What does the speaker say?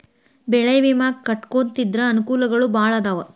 ಬೆಳೆ ವಿಮಾ ಕಟ್ಟ್ಕೊಂತಿದ್ರ ಅನಕೂಲಗಳು ಬಾಳ ಅದಾವ